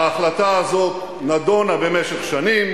ההחלטה הזאת נדונה במשך שנים,